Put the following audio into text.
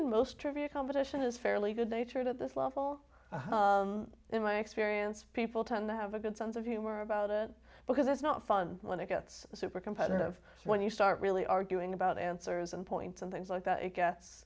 in most trivia competition is fairly good natured at this level in my experience people turn to have a good sense of humor about it because it's not fun when it gets super competitive when you start really arguing about answers and points and things like that it g